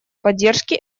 поддержки